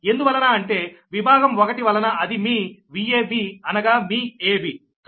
ఎందువలన అంటే విభాగం 1 వలన అది మీ Vab అనగా మీ ab